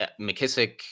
McKissick